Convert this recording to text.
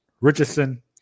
Richardson